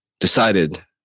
decided